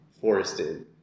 forested